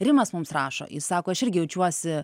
rimas mums rašo jis sako aš irgi jaučiuosi